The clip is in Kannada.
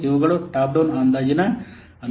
ಇವುಗಳು ಟಾಪ್ ಡೌನ್ ಅಂದಾಜಿನ ಅನುಕೂಲಗಳಾಗಿವೆ